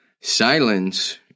Silence